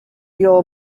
your